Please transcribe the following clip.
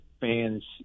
fans